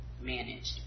managed